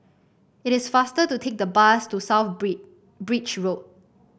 it is faster to take the bus to South Bridge Bridge Road